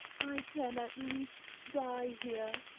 i can at least die here,